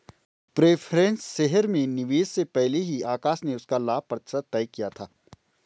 preference shares में निवेश से पहले ही आकाश ने उसका लाभ प्रतिशत तय किया था